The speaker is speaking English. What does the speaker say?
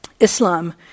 Islam